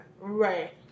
right